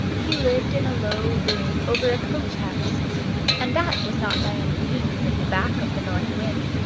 he lived in a low room over a coach-house and that was not by any means at the back of the north wind,